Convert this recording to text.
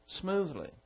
smoothly